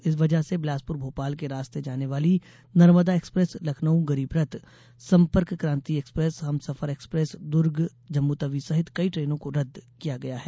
इस वजह से बिलासुपर भोपाल के रास्ते जाने वाली Narmada express Lucknow Garib Rath Sampark Kranti express Humsafar express Durg Jammu Tawi सहित कई ट्रेनों को रद्द किया गया है